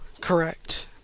Correct